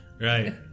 Right